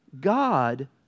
God